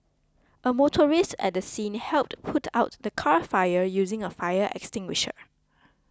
a motorist at the scene helped put out the car fire using a fire extinguisher